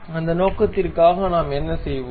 அந்த நோக்கத்திற்காக நாம் என்ன செய்வோம்